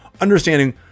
understanding